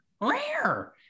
rare